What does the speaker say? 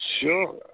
Sure